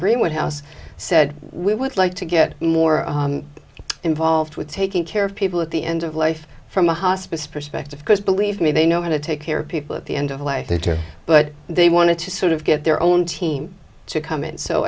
greenwood house said we would like to get more involved with taking care of people at the end of life from a hospice perspective because believe me they know how to take care of people at the end of life that are but they wanted to sort of get their own team to come in so